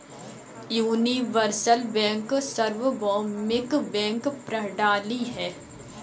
universal bank सार्वभौमिक bank प्रणाली है